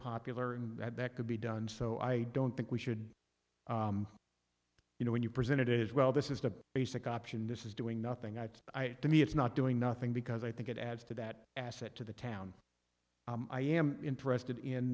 popular and that could be done so i don't think we should you know when you presented it as well this is a basic option this is doing nothing out to me it's not doing nothing because i think it adds to that asset to the town i am interested